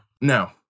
no